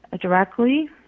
directly